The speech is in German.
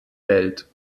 welt